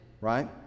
right